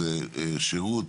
זה שירות